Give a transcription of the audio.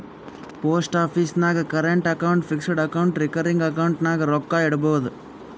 post office ನಾಗ್ current account, fixed account, recurring account ನಾಗ್ ರೊಕ್ಕಾ ಇಡ್ಬೋದ್